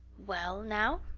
well now,